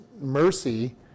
mercy